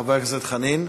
חבר הכנסת חנין,